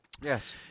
Yes